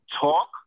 talk